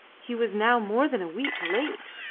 he was now more than a week late!